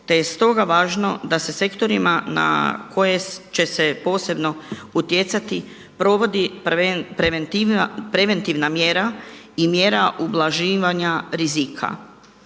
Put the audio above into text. te je stoga važno da se sektorima na koje će se posebno utjecati provodi preventivna mjera i mjera ublaživanja rizika.